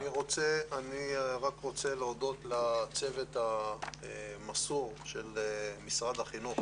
אני רוצה להודות לצוות המסור של משרד החינוך